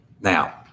now